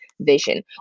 vision